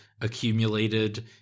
accumulated